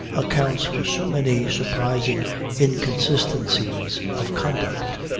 accounts for so many surprising inconsistencies of conduct.